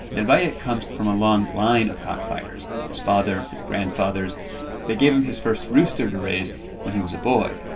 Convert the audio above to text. and valle comes from a long line of cockfighters. his father, his grandfathers they gave him his first rooster to raise when he was a boy.